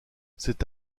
cet